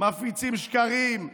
מפיצים שקרים,